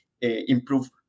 improve